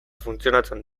funtzionatzen